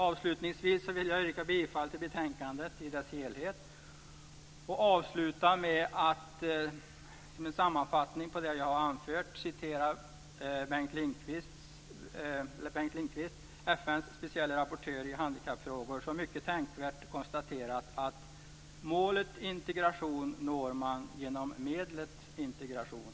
Avslutningsvis yrkar jag bifall till hemställan i betänkandet och som en sammanfattning av det som jag har anfört avsluta med att citera Bengt Lindqvist, FN:s specielle rapportör i handikappfrågor, som mycket tänkvärt konstaterat följande: "Målet integration når man genom medlet integration."